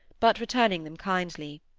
but returning them kindly.